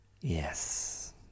Yes